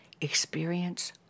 Experience